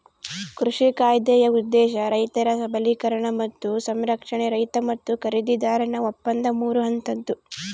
ಕೃಷಿ ಕಾಯ್ದೆಯ ಉದ್ದೇಶ ರೈತರ ಸಬಲೀಕರಣ ಮತ್ತು ಸಂರಕ್ಷಣೆ ರೈತ ಮತ್ತು ಖರೀದಿದಾರನ ಒಪ್ಪಂದ ಮೂರು ಹಂತದ್ದು